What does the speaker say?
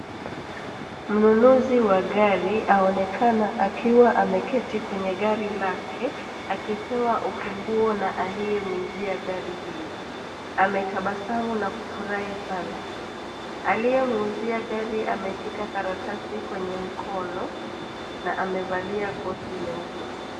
Mnunuzi wa gari aonekana akiwa ameketi kwenye gari lake akipewa ufunguo na aliyemuzia gari hili. Ametabasamu na kufurahia sana. Aliyemwuzia gari ameshika karatasi kwenye mkono na amevalia koti leupe.